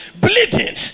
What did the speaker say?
bleeding